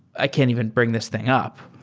i can't even bring this thing up.